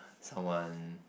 someone